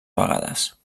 vegades